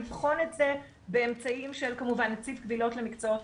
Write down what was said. לבחון את זה באמצעים של כמובן נציב קבילות למקצועות